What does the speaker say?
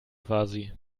quasi